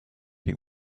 that